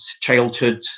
childhood